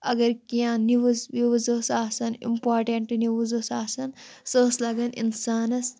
اگر کیٚنٛہہ news views ٲسۍ آسان امپاٹنٛٹ نِوٕز ٲس آسان سہٕ ٲسۍ لَگان اِنسانس